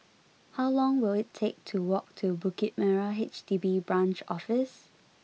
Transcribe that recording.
how long will it take to walk to Bukit Merah H D B Branch Office